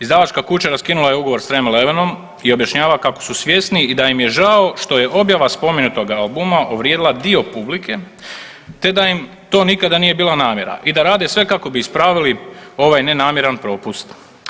Izdavačka kuća raskinula je ugovor sa Tram 11 i objašnjava kako su svjesni i da im je žao što je objava spomenutog albuma uvrijedila dio publike, te da im to nikad nije bila namjera i da rade sve kako bi ispravili ovaj nenamjeran propust.